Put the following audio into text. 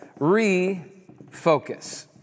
refocus